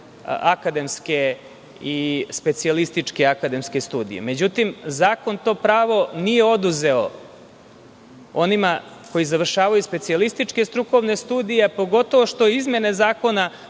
akademske i specijalističke akademske studije. Međutim, zakon to pravo nije oduzeo onima koji završavaju specijalističke strukovne studije, pogotovo što izmene Zakona